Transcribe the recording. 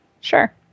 Sure